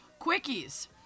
Quickies